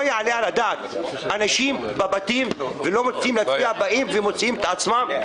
לא יעלה על הדעת שאנשים מוציאים את עצמם מהבתים כדי להצביע,